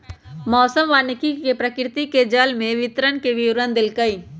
मौसम वैज्ञानिक ने प्रकृति में जल के वितरण के विवरण देल कई